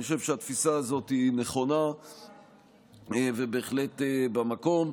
אני חושב שהתפיסה הזו נכונה ובהחלט במקום.